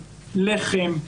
לחם,